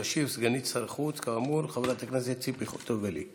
תשיב סגנית שר החוץ חברת הכנסת ציפי חוטובלי.